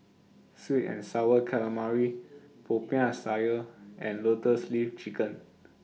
Sweet and Sour Calamari Popiah Sayur and Lotus Leaf Chicken